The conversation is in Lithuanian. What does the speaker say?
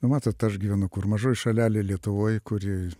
nu matot aš gyvenu kur mažoj šalelėj lietuvoj kuri